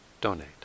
donate